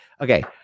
Okay